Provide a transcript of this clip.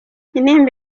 intimba